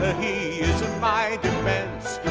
he is my defense,